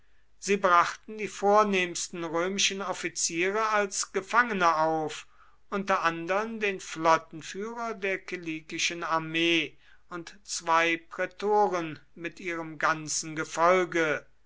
sie brachten die vornehmsten römischen offiziere als gefangene auf unter andern den flottenführer der kilikischen armee und zwei prätoren mit ihrem ganzen gefolge